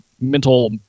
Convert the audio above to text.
mental